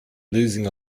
losing